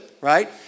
right